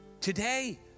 today